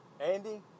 Andy